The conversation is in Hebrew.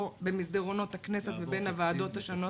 במסדרונות הכנסת בין הוועדות השונות.